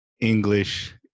English